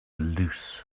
loose